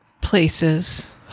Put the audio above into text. places